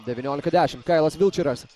devyniolika dešimt kailas vilčeras